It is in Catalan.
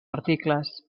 articles